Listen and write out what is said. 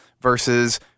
versus